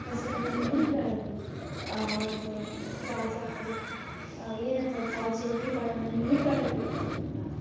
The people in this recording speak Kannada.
ಕಸಗಳನ್ನ ನೀರುಗಳಲ್ಲಿ ಮತ್ತೆ ತ್ಯಾಜ್ಯ ಅದೇ ಏನಂತಾರೆ ತ್ಯಾಜ್ಯ ನೀರುಗಳನ್ನ ನೀರುಗಳಲ್ಲಿ ಬಿಟ್ಟೋ